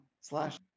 slash